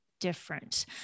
different